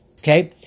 Okay